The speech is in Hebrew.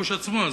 בכיבוש עצמו.